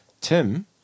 Tim